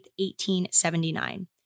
1879